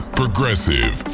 progressive